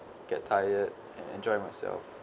get tired and enjoy myself